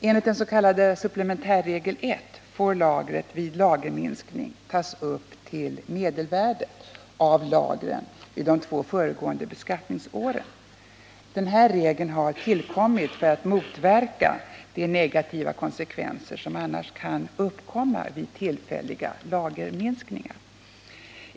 Enligt den s.k. supplementärregel 1 får lagret vid lagerminskning tas upp till medelvärdet av lagren vid utgången av de två föregående beskattningsåren. Denna regel har tillkommit för att motverka de negativa konsekvenser som annars kan uppkomma vid tillfälliga lagerminskningar.